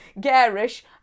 garish